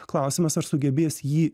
klausimas ar sugebės jį